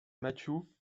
mathews